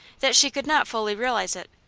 that she could not fully realize it.